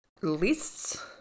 lists